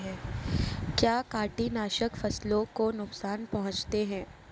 क्या कीटनाशक फसलों को नुकसान पहुँचाते हैं?